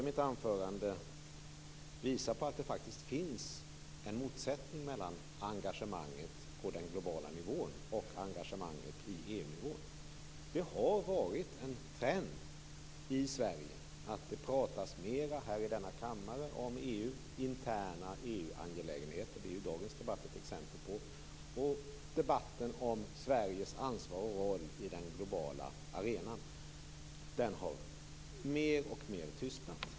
I mitt huvudanförande försökte jag visa på att det faktiskt finns en motsättning mellan engagemanget på den globala nivån och engagemanget på EU-nivån. Det har varit en trend i Sverige att det i denna kammare mera talas om interna EU-angelägenheter, som ju dagens debatt är ett exempel på. Debatten om Sveriges ansvar och roll på den globala arenan har däremot mer och mer tystnat.